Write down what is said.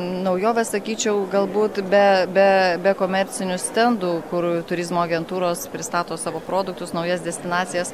naujovė sakyčiau galbūt be be be komercinių stendų kur turizmo agentūros pristato savo produktus naujas destinacijas